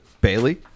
Bailey